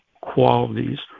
qualities